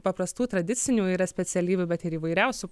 paprastų tradicinių yra specialybių bet ir įvairiausių